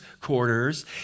quarters